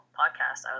podcast